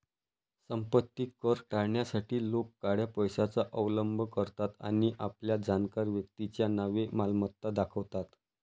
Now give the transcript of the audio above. संपत्ती कर टाळण्यासाठी लोक काळ्या पैशाचा अवलंब करतात आणि आपल्या जाणकार व्यक्तीच्या नावे मालमत्ता दाखवतात